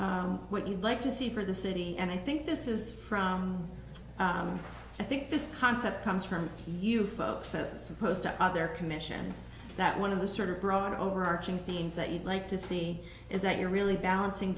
that what you'd like to see for the city and i think this is from i think this concept comes from you folks that was supposed to other commissions that one of the sort of broader overarching themes that you'd like to see is that you're really balancing